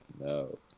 no